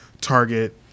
target